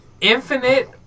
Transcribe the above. Infinite